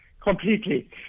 Completely